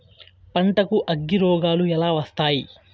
పంటకు అగ్గిరోగాలు ఎలా వస్తాయి?